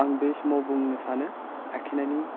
आं बे समाव बुंनो सानो आखिनायनि